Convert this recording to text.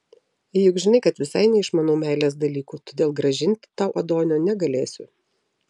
juk žinai kad visai neišmanau meilės dalykų todėl grąžinti tau adonio negalėsiu